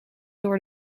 door